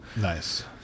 Nice